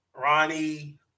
Ronnie